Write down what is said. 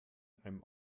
einem